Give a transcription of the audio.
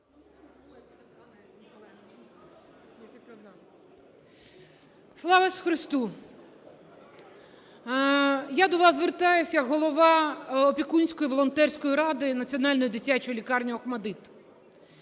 Ісусу Христу! Я до вас звертають як голова опікунської і волонтерської ради Національної дитячої лікарні ОХМАТДИТ.